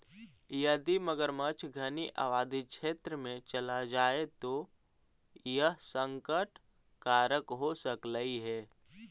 यदि मगरमच्छ घनी आबादी क्षेत्र में चला जाए तो यह संकट कारक हो सकलई हे